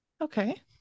okay